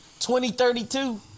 2032